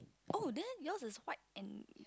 oh then yours is white and